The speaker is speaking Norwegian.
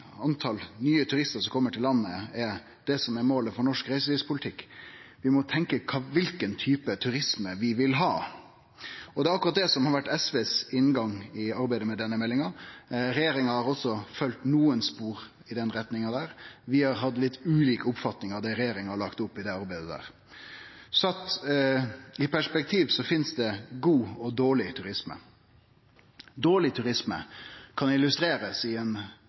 nye turistar som kjem til landet, er det som er målet for norsk reiselivspolitikk. Vi må tenkje kva type turisme vi vil ha. Det er akkurat det som har vore SVs inngang i arbeidet med denne meldinga. Regjeringa har også følgt nokre spor i den retninga. Vi har hatt litt ulik oppfatning av det regjeringa har lagt opp i det arbeidet der. Sett i perspektiv finst det god og dårleg turisme. Dårleg turisme kan illustrerast med ein haug turistar som kjem i ein